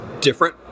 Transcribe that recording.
different